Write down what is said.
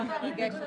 מיניות.